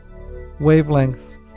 wavelengths